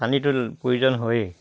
পানীটো প্ৰয়োজন হয়েই